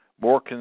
more